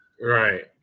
Right